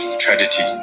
tragedy